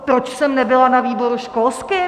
Proč jsem nebyla na výboru školském?